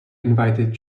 invited